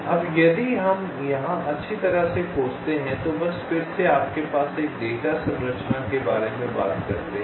अब यदि हम यहां अच्छी तरह से खोजते हैं तो बस फिर से आपके पास डेटा संरचना के बारे में बात करते हैं